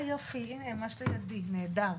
יופי, ממש לידי, נהדר.